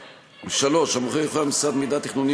3. המוכר יחויב במסירת מידע תכנוני,